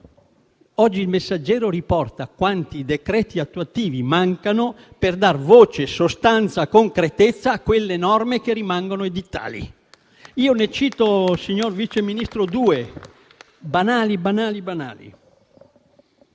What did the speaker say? Oggi «Il Messaggero» riporta quanti decreti attuativi mancano per dar voce, sostanza e concretezza a quelle norme che rimangono edittali. Signor Vice Ministro, ne cito due, molto banali.